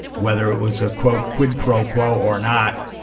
whether it was a, quote, quid pro quo or not,